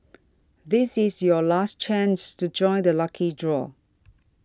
this is your last chance to join the lucky draw